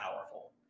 powerful